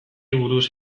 buruz